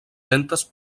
centes